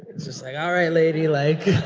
it's just like, all right, lady. like,